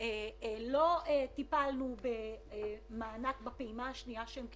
וגם לא טיפלנו במענק בפעימה השנייה שהם קיבלו.